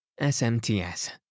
SMTS